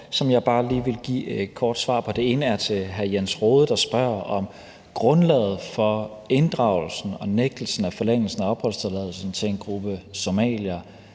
lige vil give et kort svar på. Det ene er til hr. Jens Rohde, som spørger, om grundlaget for inddragelsen og nægtelsen af forlængelsen af opholdstilladelsen til en gruppe somaliere